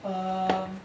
um